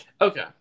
Okay